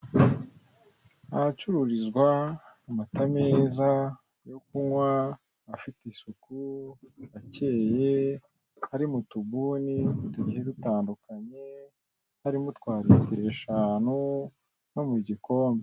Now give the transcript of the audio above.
Ahacururizwa amata meza yo kunywa afite isuku akeye ari mu tubuni tugiye dutandukanye harimo utwa litiro eshanu no mu gikombe.